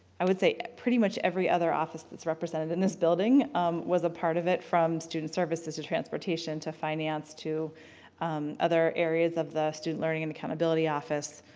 i would say pretty much every other office that represented in this building was a part of it from student services to transportation to finance to um other area of the student learning and accountability office.